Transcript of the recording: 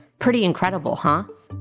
pretty incredible, huh?